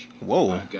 Whoa